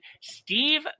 Steve